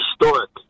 historic